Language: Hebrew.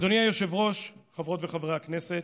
אדוני היושב-ראש, חברות וחברי הכנסת,